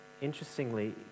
interestingly